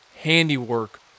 handiwork